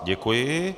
Děkuji.